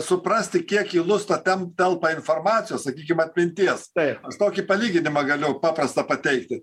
suprasti kiek į lustą ten telpa informacijos sakykim atminties aš tokį palyginimą galiu paprastą pateikti